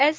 S